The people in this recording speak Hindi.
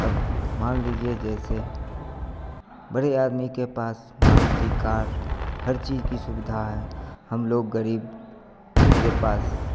अब मान लीजिए जैसे बड़े आदमी के पास मारुति कार हर चीज की सुविधा है हम लोग गरीब मेरे पास